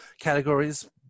categories